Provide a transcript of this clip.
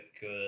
good